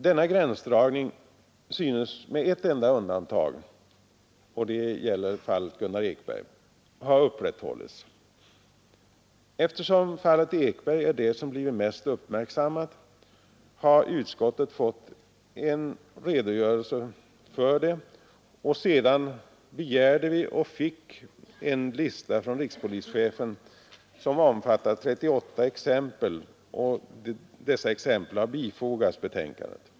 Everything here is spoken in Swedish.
Denna gränsdragning synes med ett enda undantag — Gunnar Ekberg — ha upprätthållits. Eftersom fallet Ekberg är det som blivit mest uppmärksammat har utskottet fått en redogörelse för och sedan begärt och fått en lista från rikspolischefen omfattande 38 exempel som vi bifogar betänkandet.